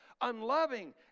unloving